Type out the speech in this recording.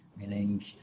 Meaning